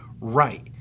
right